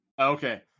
Okay